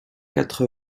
quatre